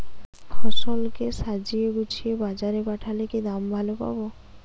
ফসল কে সাজিয়ে গুছিয়ে বাজারে পাঠালে কি দাম ভালো পাব?